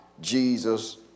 Jesus